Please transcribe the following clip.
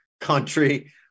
country